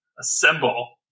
assemble